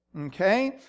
okay